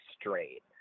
straight